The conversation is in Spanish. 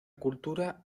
cultura